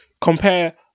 compare